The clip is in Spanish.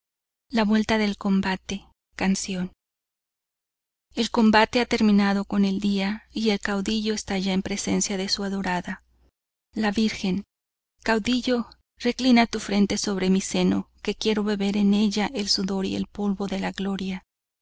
hincha coronada de espuma i el combate ha terminado con el día y el caudillo esta ya en presencia de su adorada la virgen caudillo reclina tu frente sobre mi seno que quiero beber en ella el sudor y el polvo de la gloria